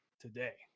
today